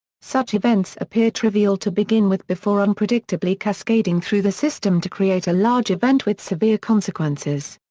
such events appear trivial to begin with before unpredictably cascading through the system to create a large event with severe consequences.